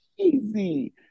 Easy